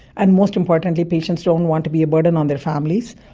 and most importantly patients don't want to be a burden on their families,